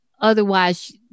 otherwise